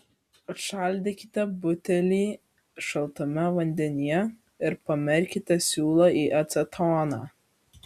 atšaldykite butelį šaltame vandenyje ir pamerkite siūlą į acetoną